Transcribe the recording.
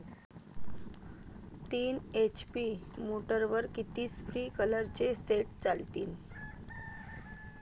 तीन एच.पी मोटरवर किती स्प्रिंकलरचे सेट चालतीन?